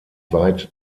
weite